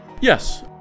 Yes